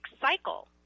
cycle